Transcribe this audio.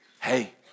Hey